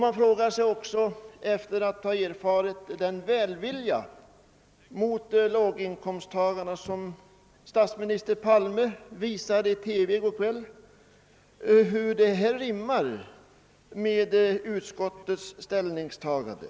Man frågar sig också efter att ha erfarit den välvilja mot låginkomsttagarna, som statsminister Palme visade i TV i går kväll, hur detta rimmar med utskottets ställningstagande.